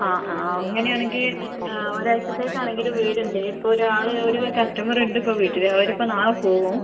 ആ ആ അങ്ങനെയാണെങ്കിൽ ആ ഒരാഴ്ച്ചത്തേക്കാണെങ്കിൽ വീട് ഉണ്ട് ഇപ്പോൾ ഒരാൾ ഒരു കസ്റ്റമർ ഉണ്ട് ഇപ്പം വീട്ടിൽ അവരിപ്പം നാളെ പോവും